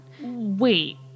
Wait